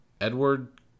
Edward